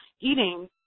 eating